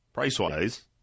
price-wise